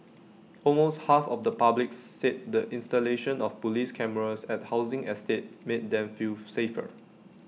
almost half of the public said the installation of Police cameras at housing estates made them feel safer